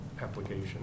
application